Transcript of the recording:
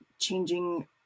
changing